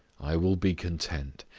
i will be content,